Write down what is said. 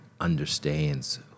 understands